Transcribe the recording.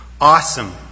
awesome